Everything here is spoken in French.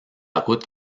route